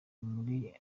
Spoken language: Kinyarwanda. muri